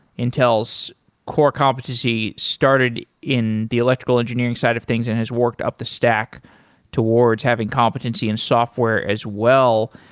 intel's core competency started in the electrical engineering side of things and has worked up the stack towards having competency in software as well.